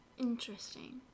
Interesting